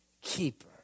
keeper